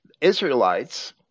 Israelites